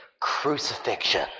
crucifixion